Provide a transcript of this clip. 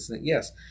Yes